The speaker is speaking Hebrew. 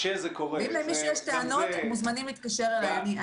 ואם למישהו יש טענות, מוזמנים להתקשר אליי.